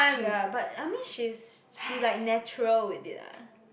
ya but I mean she's she like natural with it ah